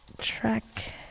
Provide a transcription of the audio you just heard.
track